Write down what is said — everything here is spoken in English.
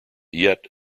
yet